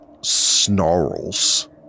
snarls